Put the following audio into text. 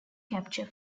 capture